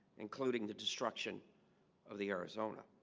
including the destruction of the arizona